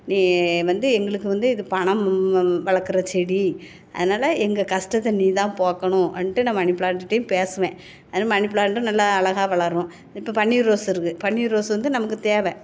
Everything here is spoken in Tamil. நீ வந்து எங்களுக்கு வந்து இது பணம் வளர்க்குற செடி அதனால் எங்கள் கஷ்டத்த நீ தான் போக்கணும் அப்படின்ட்டு நான் மணி ப்ளாண்ட்டுகிட்டையும் பேசுவேன் அந்த மணி ப்ளாண்ட்டும் நல்லா அழகா வளரும் இப்போ பன்னீர் ரோஸு இருக்குது பன்னீர் ரோஸு வந்து நமக்கு தேவை